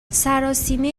سراسیمه